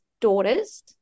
daughters